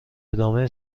ادامه